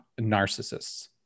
narcissists